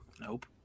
Nope